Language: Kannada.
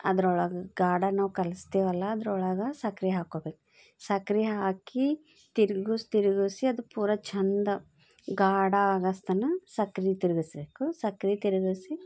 ಅದ್ರೊಳಗೆ ಗಾಢನು ಕಲಸ್ತೀವಲ್ಲ ಅದ್ರೊಳಗೆ ಸಕ್ರೆ ಹಾಕ್ಕೋಬೇಕು ಸಕ್ರೆ ಹಾಕಿ ತಿರ್ಗಿಸಿ ತಿರ್ಗಿಸಿ ಅದು ಪೂರ ಚೆಂದ ಗಾಢ ಆಗೋತನ ಸಕ್ರೆ ತಿರ್ಗಿಸ್ಬೇಕು ಸಕ್ರೆ ತಿರುಗ್ಸಿ